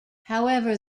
however